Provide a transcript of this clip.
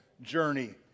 journey